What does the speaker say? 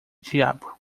diabo